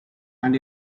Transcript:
and